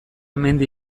mendi